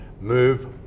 move